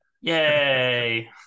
yay